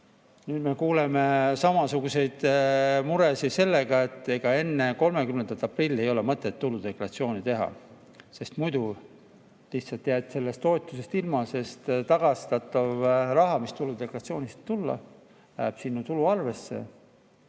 Nüüd me kuuleme samasuguseid muresid selle kohta, et ega enne 30. aprilli ei ole mõtet tuludeklaratsiooni teha, sest muidu lihtsalt jääd sellest toetusest ilma, sest tagastatav raha, mis tuludeklaratsioonist võib tulla, läheb sinu tulu arvesse